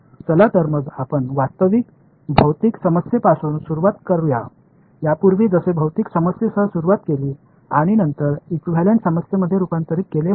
எனவே உண்மையான பிரச்சனையுடன் ஆரம்பிக்கலாம் முன்பு போன்ற பிஸிக்கல் சிக்கலுடன் தொடங்கி பின்னர் இகுவளென்ட் பிரச்சினையாக மாற்றப்படுகிறது